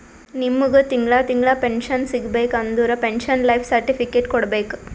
ನಿಮ್ಮಗ್ ತಿಂಗಳಾ ತಿಂಗಳಾ ಪೆನ್ಶನ್ ಸಿಗಬೇಕ ಅಂದುರ್ ಪೆನ್ಶನ್ ಲೈಫ್ ಸರ್ಟಿಫಿಕೇಟ್ ಕೊಡ್ಬೇಕ್